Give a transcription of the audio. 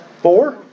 Four